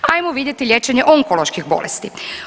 Ajmo vidjeti liječenje onkoloških bolesti.